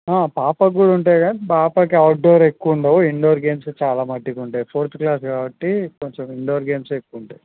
పాప కూడా ఉంటాయి కానీ పాపకి ఔట్డోర్ ఎక్కువ ఉండవు ఇండోర్ గేమ్స్ చాలా మట్టుకు ఉంటాయి ఫోర్త్ క్లాస్ కాబట్టి కొంచెం ఇండోర్ గేమ్సే ఎక్కువ ఉంటాయి